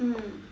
mm